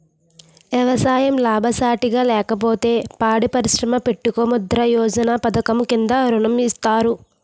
ఎవసాయం లాభసాటిగా లేకపోతే పాడి పరిశ్రమ పెట్టుకో ముద్రా యోజన పధకము కింద ఋణం ఇత్తారు